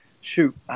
shoot